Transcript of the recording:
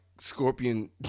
Scorpion